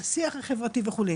השיח החברתי וכו'.